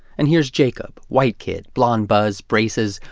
and here's jacob. white kid. blond buzz, braces.